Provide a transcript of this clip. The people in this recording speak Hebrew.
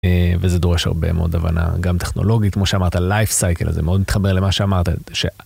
וזה דורש הרבה מאוד הבנה, גם טכנולוגית, כמו שאמרת, הלייפסייקל הזה מאוד מתחבר למה שאמרת.